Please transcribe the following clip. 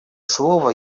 слово